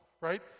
right